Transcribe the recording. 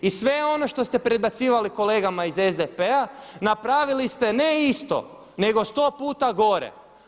I sve ono što ste predbacivali kolegama iz SDP-a napravili ste ne isto nego sto puta gore.